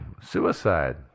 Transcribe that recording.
Suicide